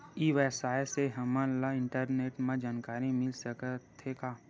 ई व्यवसाय से हमन ला इंटरनेट मा जानकारी मिल सकथे का?